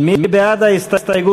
יהדות התורה,